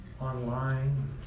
online